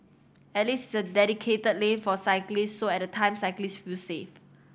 at least it's a dedicated lane for cyclists so at a time cyclists feel safe